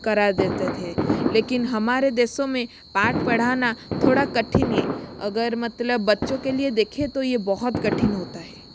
करा देते थे लेकिन हमारे देशों में पाठ पढ़ाना थोड़ा कठिन है अगर मतलब बच्चों के लिए देखे तो ये बहुत कठिन होता है